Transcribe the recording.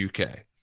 uk